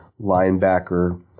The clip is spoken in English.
linebacker